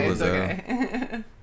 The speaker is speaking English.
okay